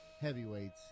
heavyweights